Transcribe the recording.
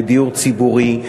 ודיור ציבורי,